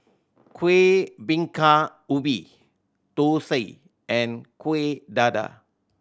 Kuih Bingka Ubi thosai and Kuih Dadar